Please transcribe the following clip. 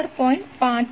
5 છે